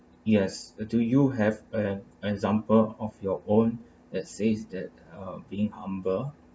yes uh do you have an example of your own let says that uh being humble